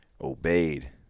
Obeyed